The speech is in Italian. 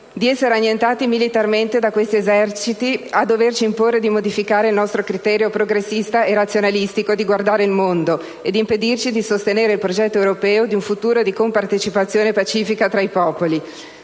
di essere annientati militarmente da questi eserciti a doverci imporre di modificare il nostro criterio progressista e razionalistico di guardare il mondo ed impedirci di sostenere il progetto europeo di un futuro di compartecipazione pacifica tra i popoli.